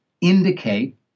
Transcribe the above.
indicate